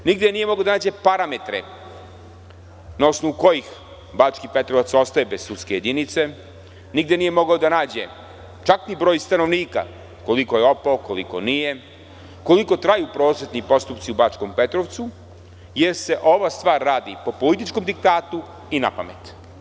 Nigde nije mogao da nađe parametre na osnovu kojih Bački Petrovac ostaje bez sudske jedinice, nigde nije mogao da nađe čak ni broj stanovnika koliko je opao, koliko nije, koliko traju prosečni postupci u Bačkom Petrovcu, jer se ova stvar radi po političkom diktatu i napamet.